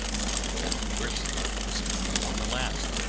but i had worse luck this time than the last,